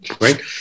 right